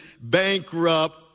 bankrupt